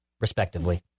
respectively